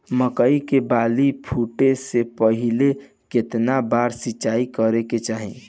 मकई के बाली फूटे से पहिले केतना बार सिंचाई करे के चाही?